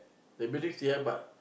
the building still have but